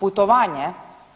Putovanje